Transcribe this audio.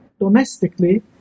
domestically